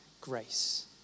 grace